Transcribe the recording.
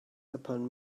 upon